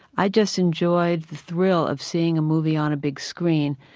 i just enjoyed the thrill of seeing a movie on a big screen.